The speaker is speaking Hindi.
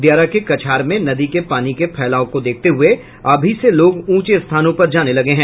दियारा के कछार में नदी के पानी के फैलाव को देखते हुये अभी से लोग ऊंचे स्थानों पर जाने लगे हैं